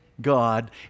God